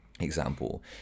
Example